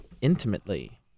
Intimately